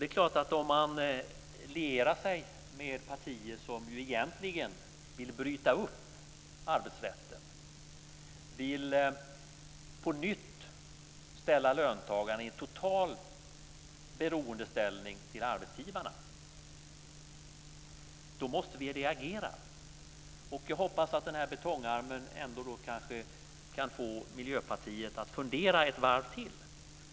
Det är klart att man måste reagera om man lierar sig med partier som egentligen vill bryta upp arbetsrätten och på nytt vill ställa löntagarna i total beroendeställning till arbetsgivarna. Jag hoppas att den här betongarmen kan få Miljöpartiet att fundera ett varv till.